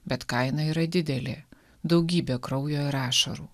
bet kaina yra didelė daugybė kraujo ir ašarų